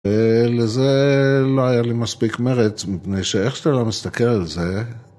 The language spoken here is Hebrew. ולזה לא היה לי מספיק מרץ, מפני שאיך שאתה לא מסתכל על זה...